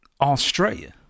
Australia